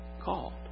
Called